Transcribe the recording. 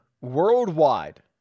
worldwide